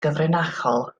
gyfrinachol